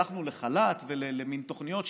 הלכנו לחל"ת ולתוכניות,